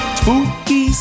Spooky